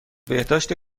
بهداشت